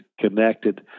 connected